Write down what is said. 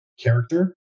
character